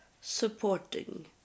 supporting